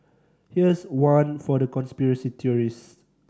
here's one for the conspiracy theorists